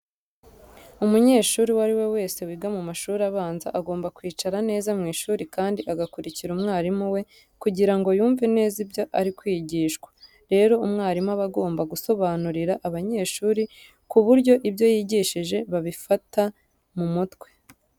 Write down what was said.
Umunyeshuri uwo ari we wese wiga mu mashuri abanza agomba kwicara neza mu ishuri kandi agakurikira umwarimu we kugira ngo yumve neza ibyo ari kwigishwa. Rero umwarimu aba agomba gusobanurira abanyeshuri ku buryo ibyo yigishije babifata mu mutwe.